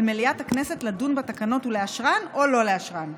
על מליאת הכנסת לדון בתקנות ולאשרן או לא לאשרן.